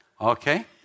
Okay